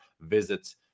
visits